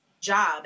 job